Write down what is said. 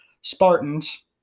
Spartans